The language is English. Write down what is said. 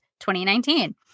2019